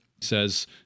says